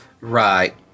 right